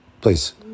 Please